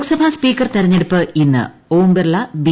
Lok Sabha speaker തിരഞ്ഞെടുപ്പ് ഇസ്സ് Om Birla B